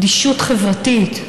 אדישות חברתית,